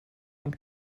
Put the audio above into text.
und